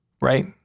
right